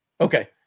Okay